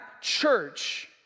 church